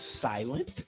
silent